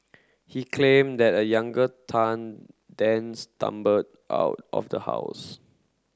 he claimed that the younger Tan then stumbled out of the house